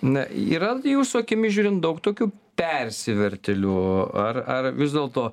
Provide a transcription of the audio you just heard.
na yra jūsų akimis žiūrint daug tokių persivertėlių ar ar vis dėlto